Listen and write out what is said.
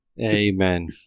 Amen